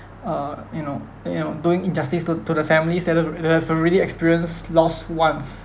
uh you know you know doing injustice to to the families that are that have already experienced lost once